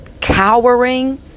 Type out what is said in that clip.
cowering